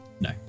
No